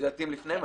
לפני מע"מ?